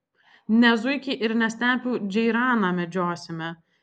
ne zuikį ir ne stepių džeiraną medžiosime